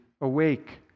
awake